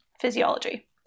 physiology